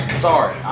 Sorry